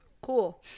Cool